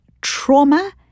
trauma